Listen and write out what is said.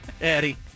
Eddie